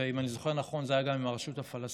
ואם אני זוכר נכון זה היה גם עם הרשות הפלסטינית,